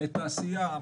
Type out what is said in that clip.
לתעשייה,